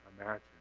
imagine